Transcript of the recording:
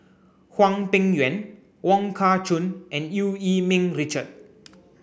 Hwang Peng Yuan Wong Kah Chun and Eu Yee Ming Richard